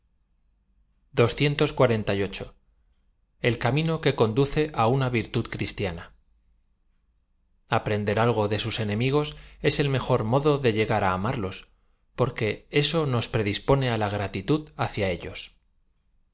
l camino que conduce á una virtud cristiana aprender algo de sus enemigos es e l mejor modo de llegar á amarlos porque eso nos predispone á la gra titud hacia ellos